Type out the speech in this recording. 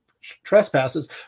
trespasses